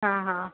हा हा